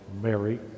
Mary